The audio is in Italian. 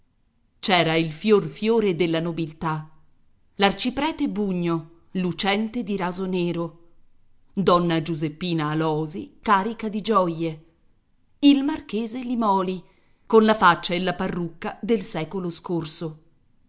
c'era il fior fiore della nobiltà l'arciprete bugno lucente di raso nero donna giuseppina alòsi carica di gioie il marchese limòli con la faccia e la parrucca del secolo scorso